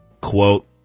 Quote